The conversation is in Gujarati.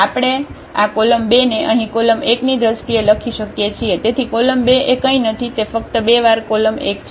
આપણે આ કોલમ 2 ને અહીં કોલમ 1 ની દ્રષ્ટિએ લખી શકીએ છીએ તેથી કોલમ 2 એ કંઈ નથી તે ફક્ત બે વાર કોલમ 1 છે